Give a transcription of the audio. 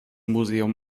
museum